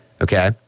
Okay